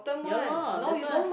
ya lor that's why